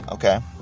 Okay